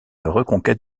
reconquête